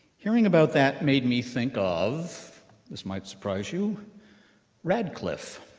hearing about that made me think of this might surprise you radcliffe.